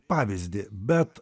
pavyzdį bet